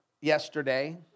yesterday